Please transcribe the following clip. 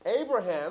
Abraham